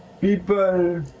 People